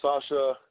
Sasha